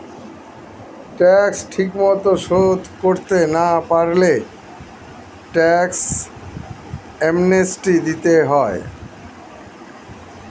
tax ঠিকমতো শোধ করতে না পারলে ট্যাক্স অ্যামনেস্টি দিতে হয়